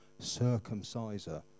circumciser